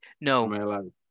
No